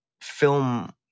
film